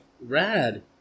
Rad